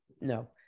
No